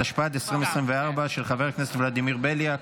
התשפ"ד 2024, של חבר הכנסת ולדימיר בליאק.